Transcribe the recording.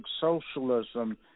socialism